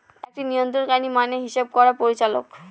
একটি নিয়ন্ত্রণকারী মান হিসাব করার পরিচালক